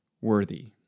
worthy